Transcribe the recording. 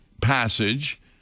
passage